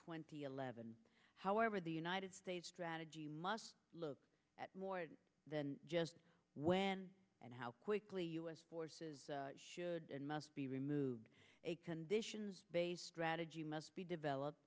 twenty eleven however the united states strategy must look at more than just when and how quickly u s forces should and must be removed a conditions based strategy must be developed